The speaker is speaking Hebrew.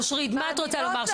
אושרית מה את רוצה לומר,